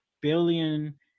billion